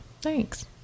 thanks